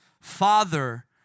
Father